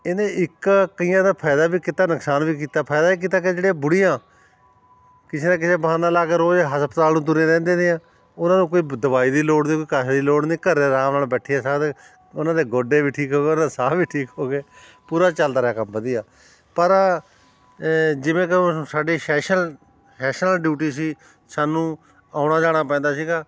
ਇਹਨੇ ਇੱਕ ਕਈਆਂ ਦਾ ਫਾਇਦਾ ਵੀ ਕੀਤਾ ਨੁਕਸਾਨ ਵੀ ਕੀਤਾ ਫਾਇਦਾ ਇਹ ਕੀਤਾ ਕਿ ਜਿਹੜੀਆਂ ਬੁੜੀਆਂ ਕਿਸੇ ਨਾ ਕਿਸੇ ਬਹਾਨਾ ਲਾ ਕੇ ਰੋਜ਼ ਹਸਪਤਾਲ ਨੂੰ ਤੁਰੀਆਂ ਰਹਿੰਦੀਆਂ ਤੀਆਂ ਉਹਨਾਂ ਨੂੰ ਕੋਈ ਬ ਦਵਾਈ ਦੀ ਲੋੜ ਨਹੀਂ ਕੋਈ ਕਾਸੇ ਦੀ ਲੋੜ ਨਹੀਂ ਘਰ ਆਰਾਮ ਨਾਲ ਬੈਠੀਆਂ ਸਾਰਾ ਦਿਨ ਉਹਨਾਂ ਦੇ ਗੋਡੇ ਵੀ ਠੀਕ ਹੋ ਗਏ ਉਨ੍ਹਾਂ ਦਾ ਸਾਹ ਵੀ ਠੀਕ ਹੋ ਗਏ ਪੂਰਾ ਚੱਲਦਾ ਰਿਹਾ ਕੰਮ ਵਧੀਆ ਪਰ ਜਿਵੇਂ ਸਾਡੀ ਸੈਸ਼ਲ ਸੈਸ਼ਨਲ ਡਿਊਟੀ ਸੀ ਸਾਨੂੰ ਆਉਣਾ ਜਾਣਾ ਪੈਂਦਾ ਸੀਗਾ